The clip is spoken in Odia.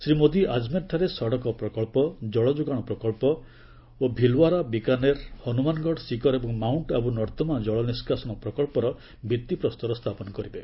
ଶ୍ରୀ ମୋଦି ଆଜମେରଠାରେ ସଡ଼କ ପ୍ରକଳ୍ପ ଜଳଯୋଗାଣ ପ୍ରକଳ୍ପ ଓ ଭିଲ୍ୱାରା ବିକାନେର୍ ହନୁମାନଗଡ଼ ସିକର ଏବଂ ମାଉଣ୍ଟ୍ ଆବୁ ନର୍ଦ୍ଦମା କଳ ନିଷ୍କାସନ ପ୍ରକଳ୍ପର ଭିଭିପ୍ରସ୍ତର ସ୍ଥାପନ କରିବେ